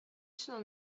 sono